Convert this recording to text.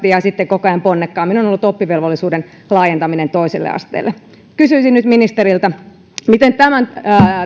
ja sitten koko ajan ponnekkaammin on ollut oppivelvollisuuden laajentaminen toiselle asteelle kysyisin nyt ministeriltä miten tätä tämän